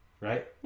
Right